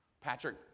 Patrick